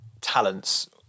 talents